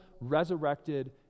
resurrected